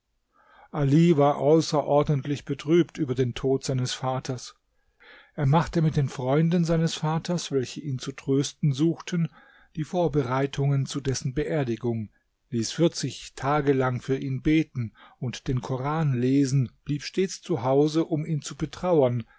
ali war außerordentlich betrübt über den tod seines vaters er machte mit den freunden seines vaters welche ihn zu trösten suchten die vorbereitungen zu dessen beerdigung ließ vierzig tage lang für ihn beten und den koran lesen blieb stets zu hause um ihn zu betrauern